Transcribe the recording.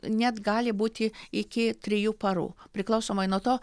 net gali būti iki trijų parų priklausomai nuo to